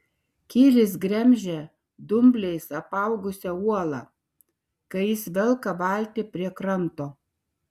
kilis gremžia dumbliais apaugusią uolą kai jis velka valtį prie kranto